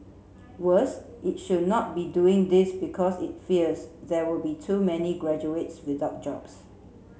worse it should not be doing this because it fears there will be too many graduates without jobs